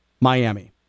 Miami